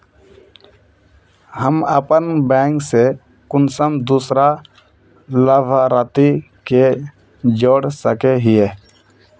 हम अपन बैंक से कुंसम दूसरा लाभारती के जोड़ सके हिय?